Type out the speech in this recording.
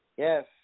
Yes